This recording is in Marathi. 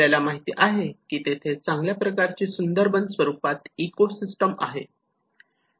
आपल्याला माहिती आहे की तिथे चांगल्या प्रकारची सुंदरबन स्वरूपात इकोसिस्टम आहे